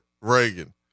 Reagan